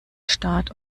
staat